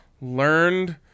learned